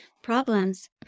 problems